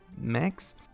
max